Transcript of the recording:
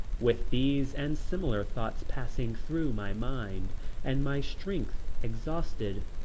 with these and similar thoughts passing through my mind and my strength exhausted,